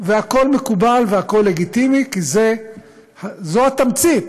והכול מקובל והכול לגיטימי, כי זו התמצית